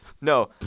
No